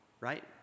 right